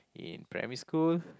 in primary school